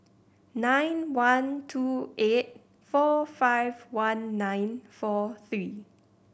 nine one two eight four five one nine four three